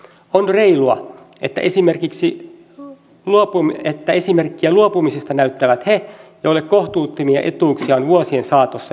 on reilua että esimerkkiä luopumisesta näyttävät he joille kohtuuttomia etuuksia on vuosien saatossa jaettu